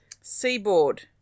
Seaboard